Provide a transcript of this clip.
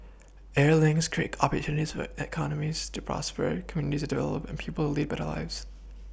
air links create opportunities will economies to prosper communities to develop and people to lead better lives